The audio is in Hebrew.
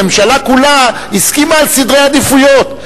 הממשלה כולה הסכימה על סדרי עדיפויות.